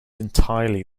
entirely